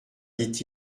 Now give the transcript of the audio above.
dit